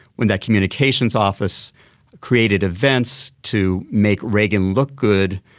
when that communications office created events to make reagan look good,